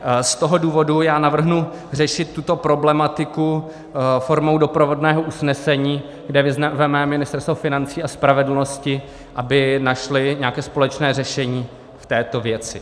Z tohoto důvodu já navrhnu řešit tuto problematiku formou doprovodného usnesení, kde vyzveme ministerstva financí a spravedlnosti, aby našla nějaké společné řešení v této věci.